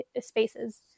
spaces